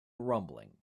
rumbling